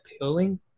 appealing